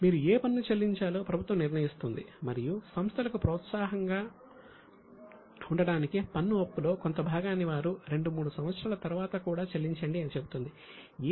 మీరు ఏ పన్ను చెల్లించాలో ప్రభుత్వం నిర్ణయిస్తుంది మరియు సంస్థలకు ప్రోత్సాహకంగా ఉండడానికి పన్ను అప్పులో కొంత భాగాన్ని వారు 2 3 సంవత్సరాల తరువాత కూడా చెల్లించండి అని చెబుతుంది